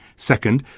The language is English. second,